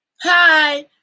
Hi